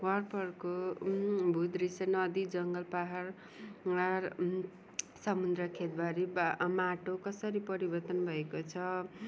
हर नदी जङ्गल पाहाड समुद्र खेतबारी माटो कसरी परिवर्तन भएको छ